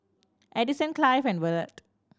Addison Clive and Evertt